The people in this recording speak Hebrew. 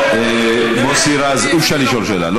לא, מוסי רז, אי-אפשר לשאול שאלה.